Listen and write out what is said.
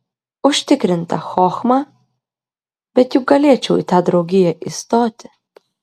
užtikrinta chochma bet juk galėčiau į tą draugiją įstoti